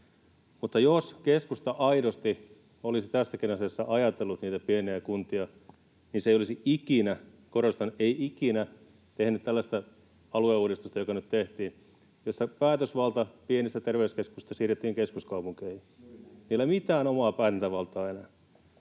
jos keskusta aidosti olisi tässäkin asiassa ajatellut niitä pieniä kuntia, niin se ei olisi ikinä — korostan, ei ikinä — tehnyt tällaista alueuudistusta, joka nyt tehtiin, jossa päätösvalta pienistä terveyskeskuksista siirrettiin keskuskaupunkeihin. [Mauri Peltokangas: Juuri näin!] Niillä ei ole mitään omaa päätäntävaltaa enää.